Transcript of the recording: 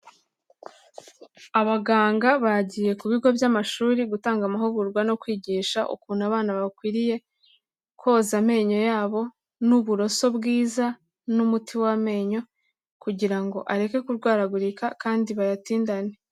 Abaganga bagiye ku bigo by'amashuri gutanga amahugurwa no kwigisha ukuntu abana bakwiriye koza amenyo yabo n'uburoso bwiza n'umuti w'amenyo kugira ngo areke kurwaragurika kandi bayatindane.